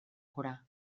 curar